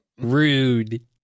Rude